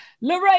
Lorraine